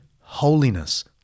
holiness